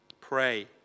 pray